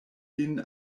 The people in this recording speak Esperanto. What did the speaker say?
lin